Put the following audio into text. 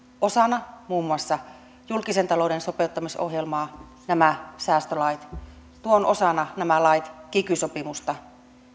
osana muun muassa julkisen talouden sopeuttamisohjelmaa nämä säästölait ja tuon nämä lait osana kiky sopimusta